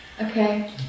Okay